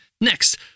Next